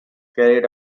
carried